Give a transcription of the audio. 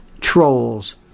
trolls